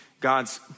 God's